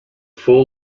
full